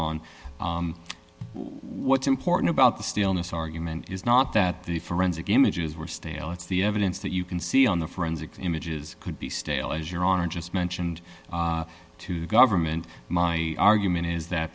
on what's important about the stillness argument is not that the forensic images were stale it's the evidence that you can see on the forensic images could be stale as your honor just mentioned to the government my argument is that